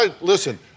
Listen